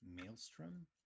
Maelstrom